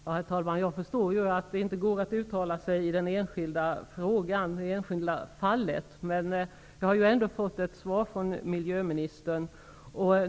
Herr talman! Jag förstår att miljöministern inte kan uttala sig i den enskilda frågan, det enskilda fallet. Men jag har ändå fått ett svar från miljöministern.